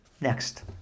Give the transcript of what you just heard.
next